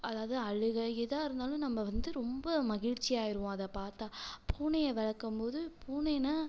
அதாவது அழுகை எதாக இருந்தாலும் நம்ம வந்து ரொம்ப மகிழ்ச்சியாகிருவோம் அதைப் பார்த்தா பூனையை வளர்க்கும் போது பூனைன்னா